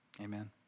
Amen